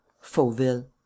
fauville